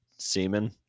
Semen